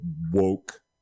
woke